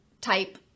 type